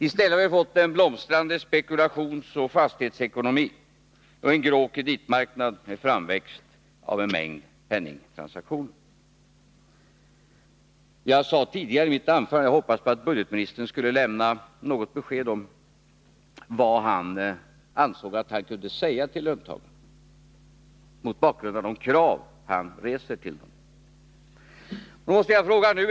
I stället har vi fått en blomstrande spekulationsoch fastighetsekonomi och en grå kreditmarknad med en mängd penningtransaktioner. Jag sade i mitt tidigare anförande att jag hoppades att budgetministern skulle lämna besked om vad han mot bakgrund av de krav som han reser anser sig kunna säga till löntagarna.